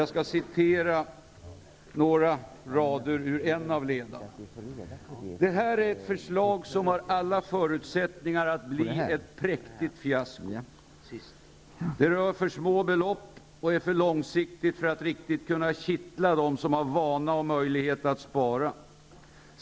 Jag skall citera några rader ur en av ledarna: ''Det är ett förslag som har alla förutsättningar att bli ett präktigt fiasko. Det rör för små belopp och är för långsiktigt för att riktigt kunna kittla dem som har vana och möjlighet att spara.